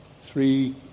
three